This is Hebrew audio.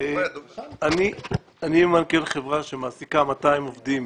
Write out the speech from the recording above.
אני מנכ"ל חברה שמעסיקה 200 עובדים